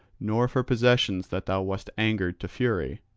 nor for possessions that thou wast angered to fury,